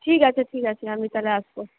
ঠিক আছে ঠিক আছে আমি তাহলে আসবো